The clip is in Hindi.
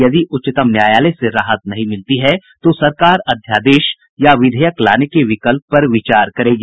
यदि उच्चतम न्यायालय से राहत नहीं मिलती है तो सरकार अध्यादेश या विधेयक लाने के विकल्प पर विचार करेगी